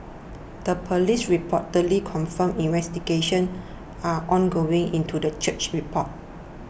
the police reportedly confirmed investigations are ongoing into the church's report